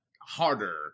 harder